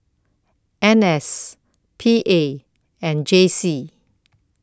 N S P A and J C